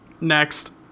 Next